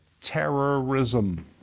terrorism